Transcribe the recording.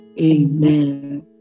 Amen